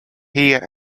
heer